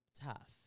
tough